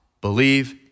believe